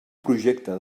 projecte